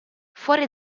fuori